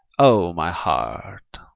o, my heart!